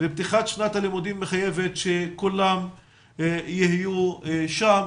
פתיחת שנת הלימודים מחייבת שכולם יהיו שם,